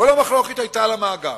כל המחלוקת היתה על המאגר.